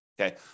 Okay